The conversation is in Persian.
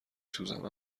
سوزم